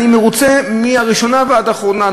אני מרוצה מהראשונה ועד האחרונה,